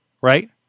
right